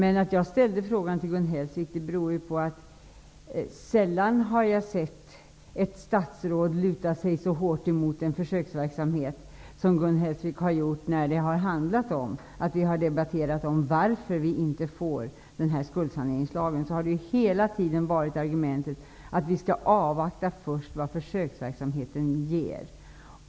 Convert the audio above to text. Jag har sällan upplevt att ett statsråd lutar sig så hårt mot en försöksverksamhet som Gun Hellsvik har gjort när vi har debatterat om varför vi inte får en skuldsaneringslag. Argumentet har hela tiden varit att vi först skall avvakta vad försöksverksamheten ger.